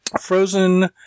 Frozen